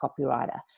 copywriter